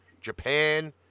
Japan